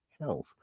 health